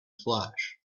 flash